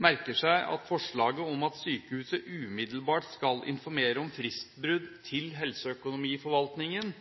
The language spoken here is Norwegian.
merker seg at forslaget om at sykehuset umiddelbart skal informere om fristbrudd til Helseøkonomiforvaltningen,